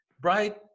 bright